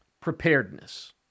Preparedness